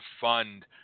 fund